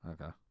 Okay